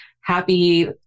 happy